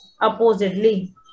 oppositely